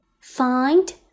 find